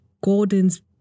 Gordon's